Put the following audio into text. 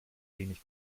wenig